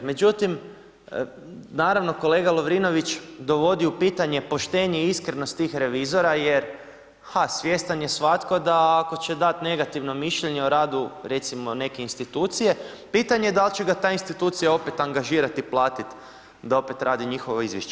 Međutim, naravno kolega Lovrinović dovodi u pitanje poštenje i iskrenost tih revizora, jer ha, svjestan je svatko da ako će dati negativno mišljenje o radu recimo neke institucije pitanje je da li će ga ta institucija opet angažirati i platiti da opet radi njihovo izvješće.